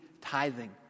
tithing